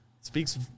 Speaks